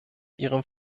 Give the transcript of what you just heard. ihrem